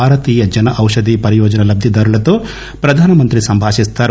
భారతీయ జన పౌషధి పరియోజన లబ్దిదారులతో ప్రధాన మంత్రి సంభాషిస్తారు